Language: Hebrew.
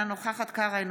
אינה נוכחת אביר קארה,